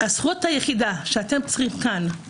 הזכות היחידה שצריכה להיות